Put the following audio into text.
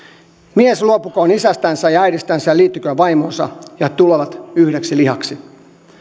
mies luopukoon isästänsä ja äidistänsä ja liittyköön vaimoonsa ja he tulevat yhdeksi lihaksi